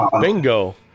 Bingo